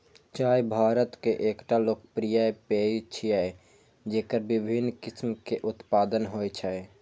चाय भारत के एकटा लोकप्रिय पेय छियै, जेकर विभिन्न किस्म के उत्पादन होइ छै